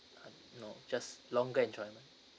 ah no just longer enjoyment